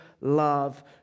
love